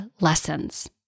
lessons